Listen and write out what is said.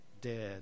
dead